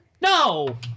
no